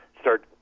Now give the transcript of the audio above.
start